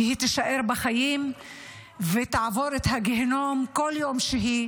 כי היא תישאר בחיים ותעבור את הגיהינום כל יום שהיא